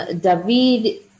David